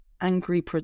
angry